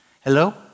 Hello